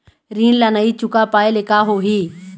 ऋण ला नई चुका पाय ले का होही?